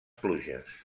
pluges